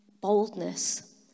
boldness